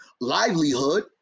livelihood